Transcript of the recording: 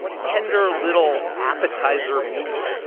tender little appetizer meat.